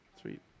sweet